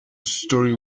story